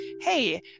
hey